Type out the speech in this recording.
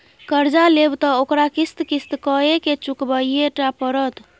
कर्जा लेब त ओकरा किस्त किस्त कए केँ चुकबहिये टा पड़त